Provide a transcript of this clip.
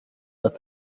but